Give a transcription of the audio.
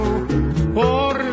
por